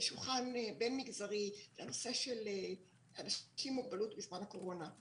שולחן בין-מגזרי לנושא של אנשים עם מוגבלות בזמן הקורונה,